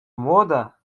młoda